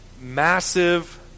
massive